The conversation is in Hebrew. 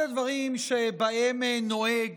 נוהג